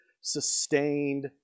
sustained